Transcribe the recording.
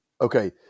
Okay